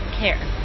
care